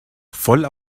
voll